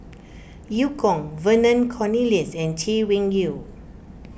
Eu Kong Vernon Cornelius and Chay Weng Yew